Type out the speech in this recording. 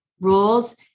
rules